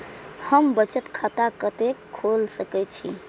हम बचत खाता कते खोल सके छी?